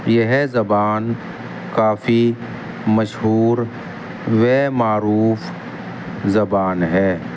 یہ زبان کافی مشہور و معروف زبان ہے